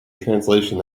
translation